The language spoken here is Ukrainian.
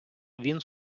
він